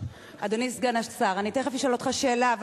אדוני סגן השר, תיכף אשאל אותך שאלה.